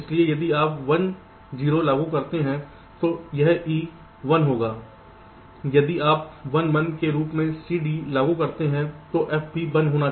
इसलिए यदि आप 1 0 लागू करते हैं तो यह E 1 होगा यदि आप 1 1 के रूप में C D लागू करते हैं तो F भी 1 होगा